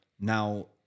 now